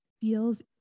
feels